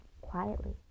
Quietly